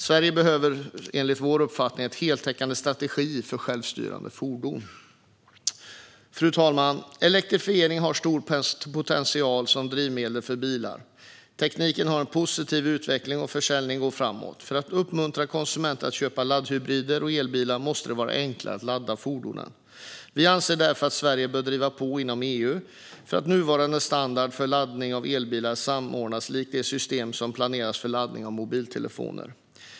Sverige behöver enligt vår uppfattning en heltäckande strategi för självstyrande fordon. Fru talman! Elektrifiering har stor potential som drivmedel för bilar. Tekniken har en positiv utveckling, och försäljningen går framåt. Men för att uppmuntra konsumenter att köpa laddhybrider och elbilar måste det bli enklare att ladda fordonen. Vi anser därför att Sverige bör driva på inom EU för att nuvarande standarder för laddning av elbilar samordnas likt det system som planeras för laddning av mobiltelefoner.